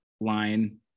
line